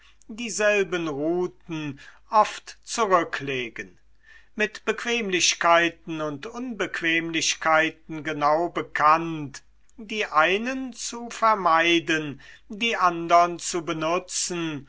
dieselben routen oft zurücklegen mit bequemlichkeiten und unbequemlichkeiten genau bekannt die einen zu vermeiden die andern zu benutzen